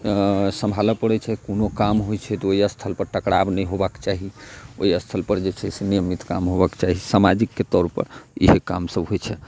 संभालऽ पड़ै छै कोनो काम होइ छै तऽ ओहि स्थल पर टकराव नहि होयबाक चाही ओहि स्थल पर जे छै से नियमित काम हुए के चाही सामाजिक के तौर पर इएह काम सब होइ छै